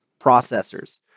processors